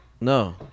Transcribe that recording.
No